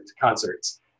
concerts